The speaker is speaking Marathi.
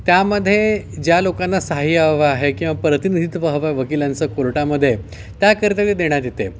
त्यामध्ये ज्या लोकांना साहाय्य हवं आहे किंवा प्रतिनिधित्व हवं आहे वकिलांच कोर्टामध्ये त्या कर्तव्य देण्यात येते